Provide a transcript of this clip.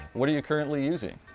what are you currently using?